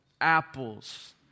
Apples